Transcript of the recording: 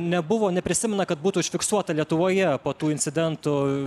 nebuvo neprisimena kad būtų užfiksuota lietuvoje po tų incidentų